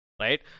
right